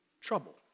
trouble